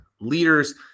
leaders